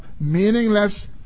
meaningless